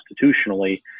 constitutionally